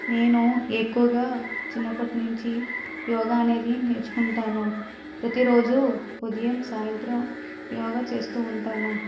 నేను ఎక్కువగా చిన్నప్పటినుంచి యోగా అనేది నేర్చుకుంటాను ప్రతిరోజు ఉదయం సాయంత్రం యోగ చేస్తూ ఉంటాను